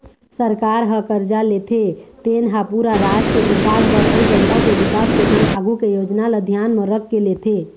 सरकार ह करजा लेथे तेन हा पूरा राज के बिकास बर अउ जनता के बिकास के संग आघु के योजना ल धियान म रखके लेथे